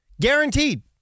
Guaranteed